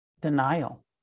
denial